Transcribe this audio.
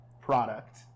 product